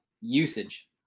usage